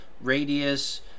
radius